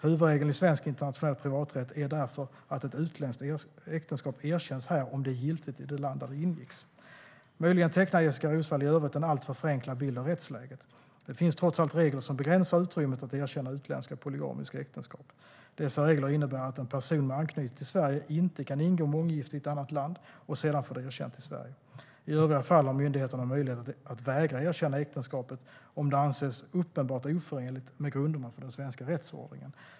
Huvudregeln i svensk internationell privaträtt är därför att ett utländskt äktenskap erkänns här om det är giltigt i det land där det ingicks. Möjligen tecknar Jessika Roswall i övrigt en alltför förenklad bild av rättsläget. Det finns trots allt regler som begränsar utrymmet att erkänna utländska polygamiska äktenskap. Dessa regler innebär att en person med anknytning till Sverige inte kan ingå månggifte i ett annat land och sedan få det erkänt i Sverige. I övriga fall har myndigheterna möjlighet att vägra att erkänna äktenskapet om det anses uppenbart oförenligt med grunderna för den svenska rättsordningen.